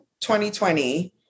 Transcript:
2020